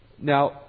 Now